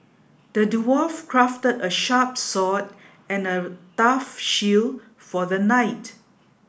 the dwarf crafted a sharp sword and a tough shield for the knight